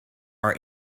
are